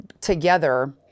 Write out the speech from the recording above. together